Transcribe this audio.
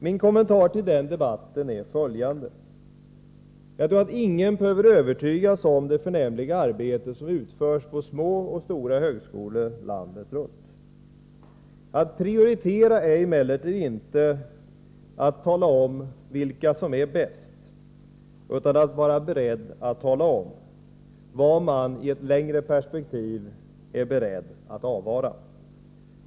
Min kommentar till den debatten är följande. Jag tror att ingen behöver övertygas om det förnämliga arbete som utförs på små och stora högskolor landet runt. Att prioritera är emellertid inte att tala om vilka som är bäst utan att tala om vad man i ett längre perspektiv är beredd att avvara.